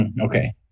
Okay